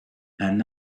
and